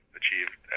achieved